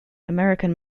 american